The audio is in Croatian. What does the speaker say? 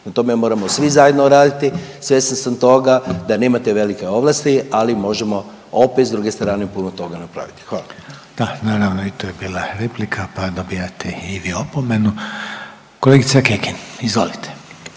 tome, moramo svi zajedno raditi, svjestan sam toga da nemate velike ovlasti, ali možemo opet s druge strane puno toga napraviti. Hvala. **Reiner, Željko (HDZ)** Da, naravno i to je bila replika, pa dobijate i vi opomenu. Kolegica Kekin, izvolite.